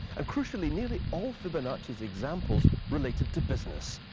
and crucially, nearly all fibonacci's examples related to business.